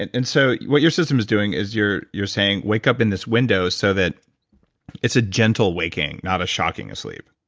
and and so what your system is doing is you're saying, wake up in this window, so that it's a gentle waking not a shocking asleep.